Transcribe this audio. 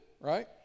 right